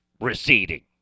receding